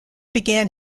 began